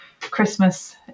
Christmas